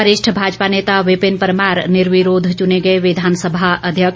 वरिष्ठ भाजपा नेता विपिन परमार निर्विरोध चुने गए विधानसभा अध्यक्ष